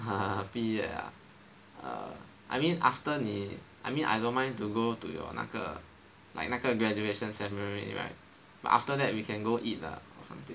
err 毕业 ah I mean after 你 I mean I don't mind to go to your 那个 like 那个 graduation ceremony right but after that we can go eat lah or something